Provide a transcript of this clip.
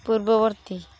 ପୂର୍ବବର୍ତ୍ତୀ